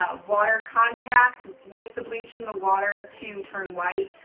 ah water contact with the bleach in the water to turn white.